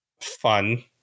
fun